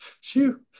Shoo